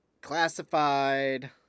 classified